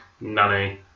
Nanny